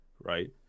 right